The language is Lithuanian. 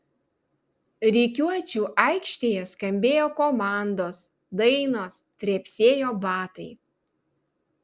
rikiuočių aikštėje skambėjo komandos dainos trepsėjo batai